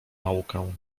naukę